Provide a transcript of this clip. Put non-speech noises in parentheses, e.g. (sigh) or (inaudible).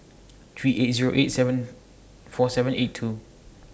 three eight Zero eight seven (noise) four seven eight two